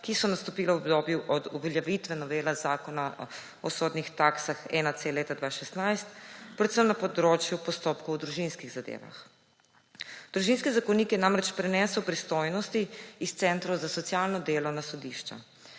ki so nastopile v obdobju od uveljavitve novele Zakona o sodnih taksah-1C leta 2016 predvsem na področju postopkov v družinskih zadevah. Družinski zakonik je namreč prenesel pristojnosti s centrov za socialno delo na sodišča.